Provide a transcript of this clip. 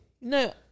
No